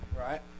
Right